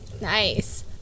Nice